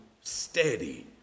steady